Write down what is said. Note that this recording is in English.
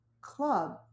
club